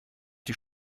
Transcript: die